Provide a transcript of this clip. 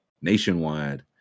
nationwide